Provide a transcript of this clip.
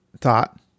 thought